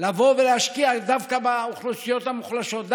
לבוא ולהשקיע דווקא באוכלוסיות המוחלשות,